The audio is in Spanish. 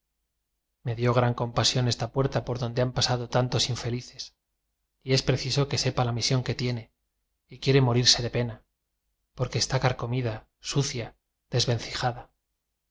me dió gran compasión esta puerta por donde han pasado tantos infelices y es preciso que sepa la misión que tiene y quiere mo rirse de pena porque está carcomida su cia desvencijada